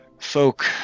folk